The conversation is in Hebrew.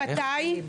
מתי?